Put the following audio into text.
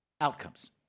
outcomes